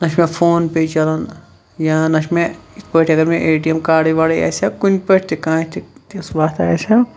نہَ چھُ مےٚ فون پے چَلان یا نہَ چھُ مےٚ اِتھ پٲٹھۍ اَگَر مےٚ اے ٹی ایم کاڈٕے واڈٕے آسہِ ہا کُنہِ پٲٹھۍ تہِ کانٛہہ تہِ تِژھ وَتھا آسہِ ہا